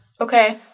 okay